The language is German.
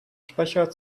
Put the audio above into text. sprecher